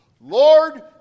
Lord